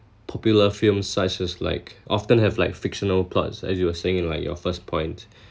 popular films such as like often have like fictional plots as you were saying like your first point